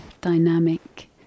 dynamic